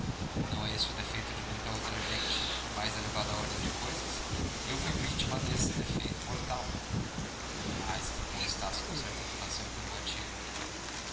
não é esse o defeito de muita outra gente em mais elevada ordem das coisas eu fui vítima desse defeito mortal ah exclamou estácio com certa entonação interrogativa